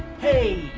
hey,